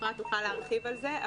אפרת אפללו תוכל להרחיב על זה.